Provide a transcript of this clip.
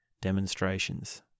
demonstrations